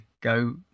go